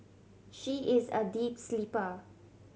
she is a deep sleeper